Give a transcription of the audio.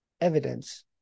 evidence